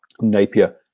Napier